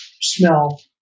smell